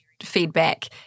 feedback